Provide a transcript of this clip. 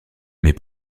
mais